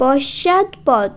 পশ্চাৎপদ